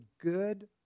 good